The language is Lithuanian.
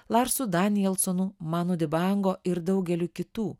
larsu danielsonu manu dibango ir daugeliu kitų